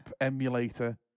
emulator